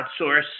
outsource